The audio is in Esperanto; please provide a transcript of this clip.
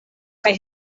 kaj